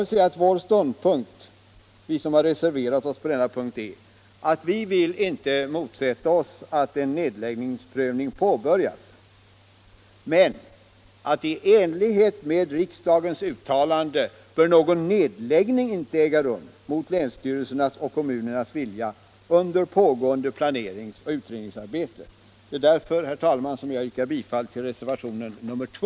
Vi reservanter intar följande ståndpunkt: Vi vill inte motsätta oss att en nedläggningsprövning påbörjas, men i enlighet med riksdagens uttalande bör någon nedläggning inte äga rum mot länsstyrelsernas och kommunernas vilja under pågående planeringsoch utredningsarbete. Därför, herr talman, yrkar jag bifall till reservationen 2.